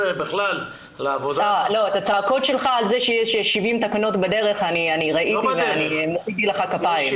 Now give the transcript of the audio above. את הצעקות שלך על כך שיש 70 תקנות בדרך שמעתי ומחאתי לך כפיים.